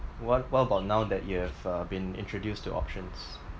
what what about now that you have uh been introduced to options